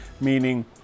meaning